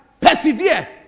persevere